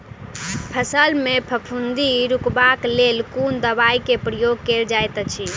फसल मे फफूंदी रुकबाक लेल कुन दवाई केँ प्रयोग कैल जाइत अछि?